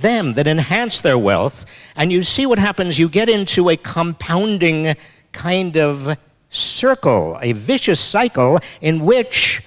them that enhance their wealth and you see what happens you get into a compounding kind of circle a vicious cycle in which